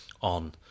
on